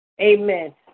Amen